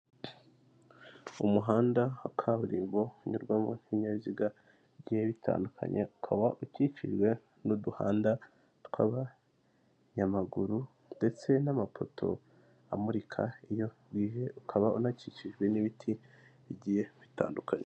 Umuhanda kaburimbo unyurwamo'ibinyabiziga bigiye bitandukanye. Ukaba ukikijwe n'uduhanda tw'abanyamaguru ndetse n'amapoto amurika iyo bwije, ukaba unakikijwe n'ibiti bigiye bitandukanye.